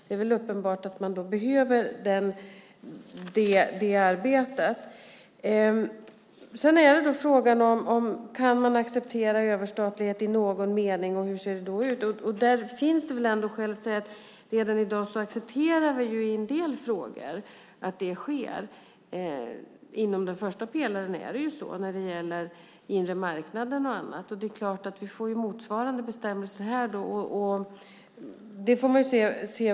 Det är uppenbart att man behöver det arbetet. Frågan gäller om man kan acceptera överstatlighet i någon mening och hur det ser ut. Det finns skäl att säga att vi redan i dag accepterar att det sker i en del frågor. Inom den första pelaren är det så när det gäller inre marknaden och annat. Det är klart att vi får motsvarande bestämmelser här.